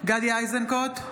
גדי איזנקוט,